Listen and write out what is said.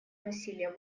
насилия